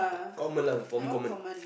common lah for me common